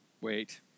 Wait